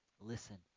listen